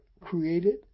created